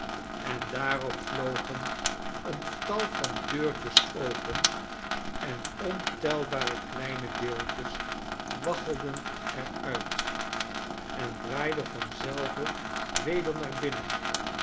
en daarop vlogen een tal van deurtjes open en ontelbare kleine beeldjes waggelden er uit en draaiden vanzelven weder naar binnen